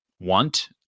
want